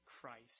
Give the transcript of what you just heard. Christ